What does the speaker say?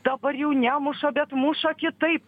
dabar jau nemuša bet muša kitaip